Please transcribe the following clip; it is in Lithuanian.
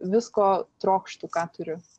visko trokštu ką turiu